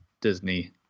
Disney